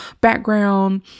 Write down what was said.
background